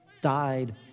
died